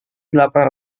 delapan